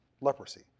leprosy